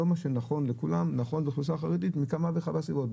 לא מה שנכון לכולם נכון לאוכלוסיה החרדית מכמה וכמה סיבות.